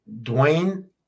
Dwayne